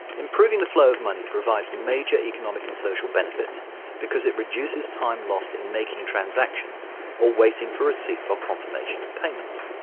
improving the flow of money provides major economic and social benefits because it reduces time lost in making transactions or waiting for receipt or confirmation of payments.